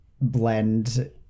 blend